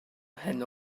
mhen